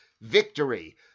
victory